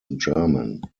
german